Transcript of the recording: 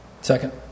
Second